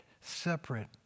separate